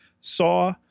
saw